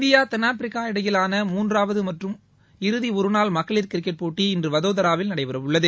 India தென்னாப்பிரிக்கா இடையிலான மூன்றாவது மற்றும் இறுதி ஒருநாள் மகளிர் கிரிக்கெட் போட்டி இன்று வதோதராவில் நடைபெறவுள்ளது